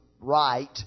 right